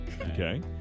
Okay